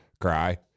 Cry